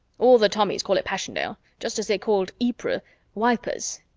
all the tommies called it passiondale, just as they called ypres wipers.